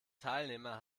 teilnehmer